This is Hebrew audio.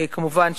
כמובן,